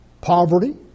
poverty